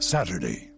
Saturday